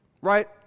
Right